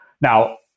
Now